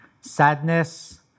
sadness